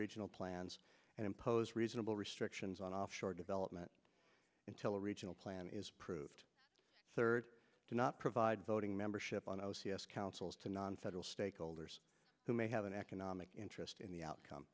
regional plans and impose reasonable restrictions on offshore development until regional plan is proved third do not provide voting membership on o c s councils to nonfederal stakeholders who may have an economic interest in the outcome